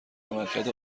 عملکرد